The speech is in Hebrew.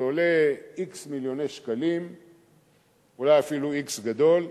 זה עולה x מיליוני שקלים ואולי אפילו x גדול,